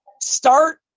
start